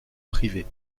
privé